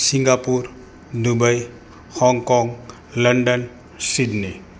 Singapore Dubai Hong Kong London Sydney